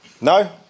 No